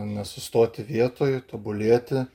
nesustoti vietoj tobulėti